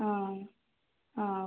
ആ ആ